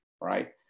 right